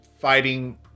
fighting